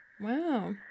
Wow